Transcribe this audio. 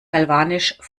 galvanisch